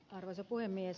arvoisa puhemies